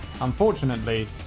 Unfortunately